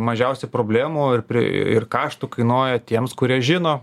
mažiausiai problemų ir prie kaštų kainuoja tiems kurie žino